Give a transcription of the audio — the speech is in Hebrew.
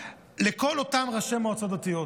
כל אותם ראשי מועצות דתיות,